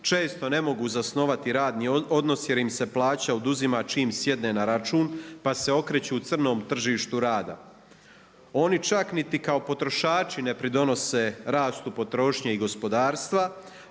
često ne mogu zasnovati radni odnos jer im se plaća oduzima čim sjedne na račun pa se okreću crnom tržištu rada. Oni čak niti kao potrošači ne pridonose rastu potrošnje i gospodarstva